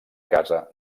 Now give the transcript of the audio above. casa